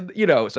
you know, so